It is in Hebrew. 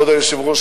כבוד היושב-ראש,